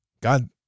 God